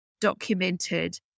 documented